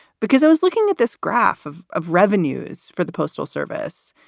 because i was looking at this graph of of revenues for the postal service.